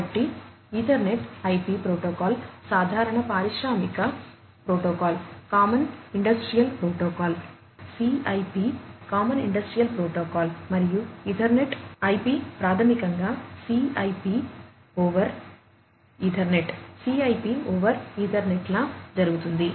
కాబట్టి Ethernet IP protocol సాధారణ పారిశ్రామిక protocol common industrial protocol CIP common industrial protocol CIP over ఈథర్నెట్లా జరుగుతుంది